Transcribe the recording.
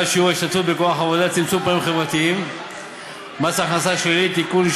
ההשתתפות בכוח העבודה ולצמצום פערים חברתיים (מס הכנסה שלילי) (תיקון,